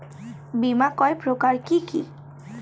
বীমা কয় প্রকার কি কি?